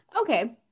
okay